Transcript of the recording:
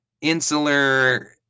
insular